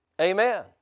Amen